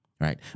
right